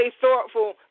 thoughtful